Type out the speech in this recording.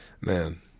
Man